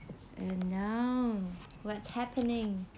and now what's happening